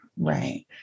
Right